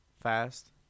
fast